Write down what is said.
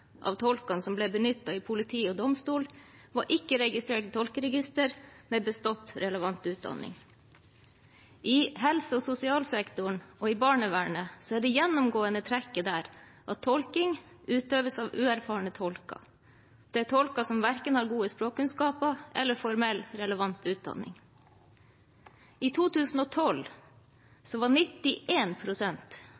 av tolkene som ble benyttet av politi og domstoler, ikke var registrert i tolkeregister med bestått relevant utdanning. I helse- og sosialsektoren og i barnevernet er det gjennomgående trekket at tolking utøves av uerfarne tolker. Det er tolker som verken har gode språkkunnskaper eller formell, relevant utdanning. I 2012